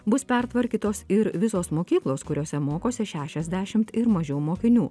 bus pertvarkytos ir visos mokyklos kuriose mokosi šešiasdešimt ir mažiau mokinių